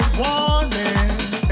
warning